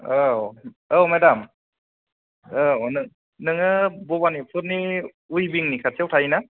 औ औ मेदाम औ नोङो भबानिपुरनि उइभिंनि खाथियाव थायो ना